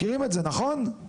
מכירים את זה, נכון?